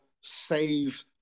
save